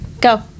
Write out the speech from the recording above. Go